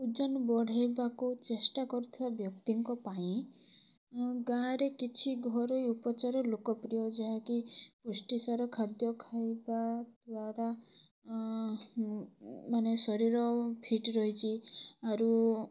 ଓଜନ ବଢ଼ାଇବାକୁ ଚେଷ୍ଟା କରୁଥିବା ବ୍ୟକ୍ତିଙ୍କ ପାଇଁ ଗାଁରେ କିଛି ଘରୋଇ ଉପଚାର ଲୋକପ୍ରିୟ ଯାହାକି ପୃଷ୍ଟିସାର ଖାଦ୍ୟ ଖାଇବା ଦ୍ୱାରା ମାନେ ଶରୀର ଫିଟ୍ ରହିଛି ଆରୁ